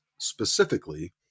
specifically